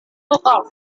lokal